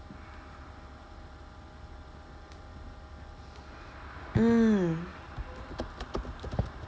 mm